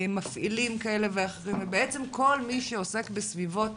מפעילים כאלה ואחרים וכל מי שעוסק בסביבה